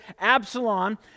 Absalom